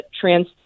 trans